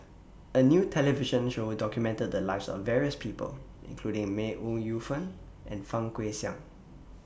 A New television Show documented The Lives of various People including May Ooi Yu Fen and Fang Guixiang